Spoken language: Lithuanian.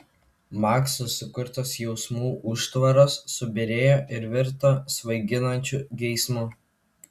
makso sukurtos jausmų užtvaros subyrėjo ir virto svaiginančiu geismu